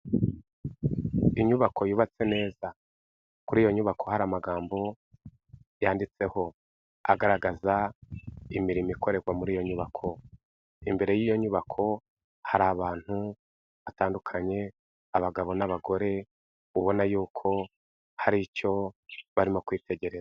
Inyubako yubatse neza, kuri iyo nyubako hari amagambo yanditseho agaragaza imirimo ikorerwa muri iyo nyubako, imbere y'iyo nyubako hari abantu hatandukanye, abagabo n'abagore ubona y'uko hari icyo barimo kwitegereza.